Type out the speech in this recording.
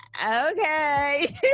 okay